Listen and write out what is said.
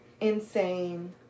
insane